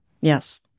Yes